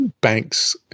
Banks